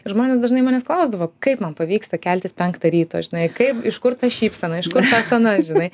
ir žmonės dažnai manęs klausdavo kaip man pavyksta keltis penktą ryto žinai kaip iš kur ta šypsena iš kur tas anas žinai